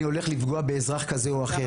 אני הולך לפגוע באזרח כזה או אחר.